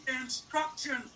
instruction